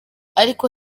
ariko